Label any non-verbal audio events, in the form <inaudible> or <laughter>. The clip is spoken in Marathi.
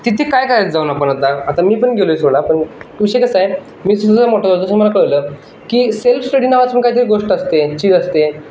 तिथे काय करायचं जाऊन आपण आता आता मी पण गेलो आहे सोडा पण विषय कसा आहे मी <unintelligible> जसं मला कळलं की सेल्फ स्टडी नावाचं काहीतरी गोष्ट असते चीज असते